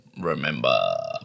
remember